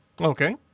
Okay